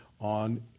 on